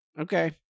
Okay